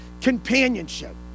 companionship